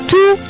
Two